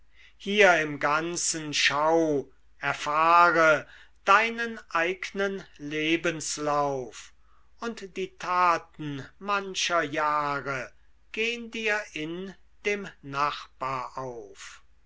hier im ganzen schau erfahre deinen eignen lebenslauf und die taten mancher jahre gehn dir in dem nachbar auf